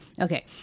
Okay